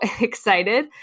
excited